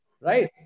Right